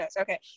Okay